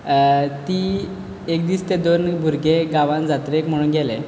ती एक दीस दोन भुरगे गांवांन जात्रेक म्हूण गेले